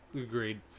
agreed